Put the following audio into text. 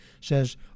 says